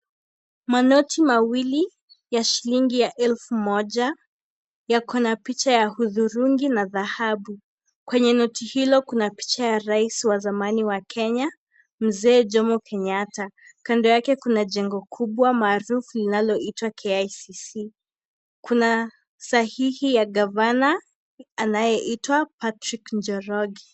Manoti mawili ya shilingi ya elfu moja yako na picha ya uthurungi na thahabu. Kwenye noti hilo kuna picha rais wa zamani wa Kenya mzee Jomo Kenyatta. Kando yake kuna jengo kubwa maarufu inaloitwa KICC . Kuna sahihi ya gavana anayeitwa Patrick Njorogi.